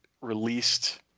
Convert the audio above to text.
released